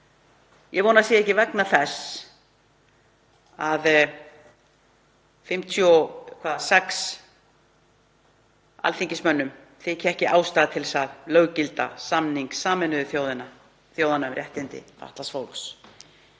Ég vona að það sé ekki vegna þess að 56 alþingismönnum þyki ekki ástæða til að löggilda samning Sameinuðu þjóðanna um réttindi fatlaðs fólks.